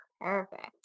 Perfect